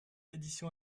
édition